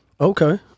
Okay